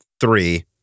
three